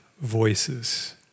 voices